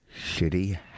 Shitty